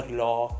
law